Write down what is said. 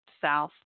south